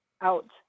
out